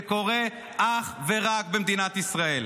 זה קורה אך ורק במדינת ישראל.